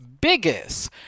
biggest